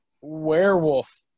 werewolf